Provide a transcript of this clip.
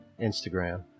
Instagram